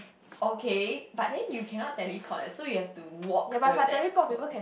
okay but then you cannot teleport eh so you have to walk with that coat